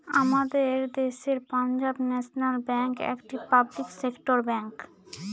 আমাদের দেশের Punjab National Bank একটি পাবলিক সেক্টর ব্যাঙ্ক